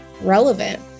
relevant